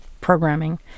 programming